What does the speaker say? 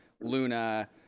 luna